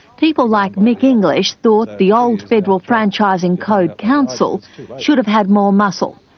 people like mick english thought the old federal franchising code council should have had more muscle,